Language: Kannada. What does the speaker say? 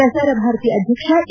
ಪ್ರಸಾರ ಭಾರತಿ ಅಧ್ಯಕ್ಷ ಎ